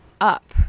up